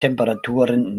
temperaturen